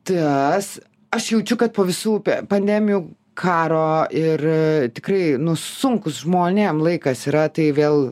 tas aš jaučiu kad po visų pa pandemijų karo ir tikrai nu sunkus žmonėm laikas yra tai vėl